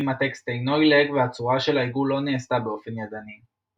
הטקסט אינו עילג והצורה של העיגול לא נעשתה באופן ידני.